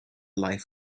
life